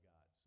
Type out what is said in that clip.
God